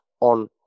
on